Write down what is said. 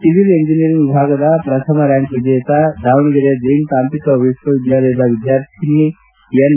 civil engineering ವಿಭಾಗದ ಪ್ರಥಮ rank ವಿಜೇತ ದಾವಣಗೆರೆಯ ಜೈನ್ ತಾಂತ್ರಿಕ ವಿದ್ವಾಲಯದ ವಿದ್ಯಾರ್ಥಿನಿ ಎನ್